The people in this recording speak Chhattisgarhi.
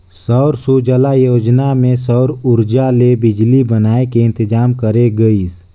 सौर सूजला योजना मे सउर उरजा ले बिजली बनाए के इंतजाम करे गइस